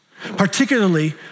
particularly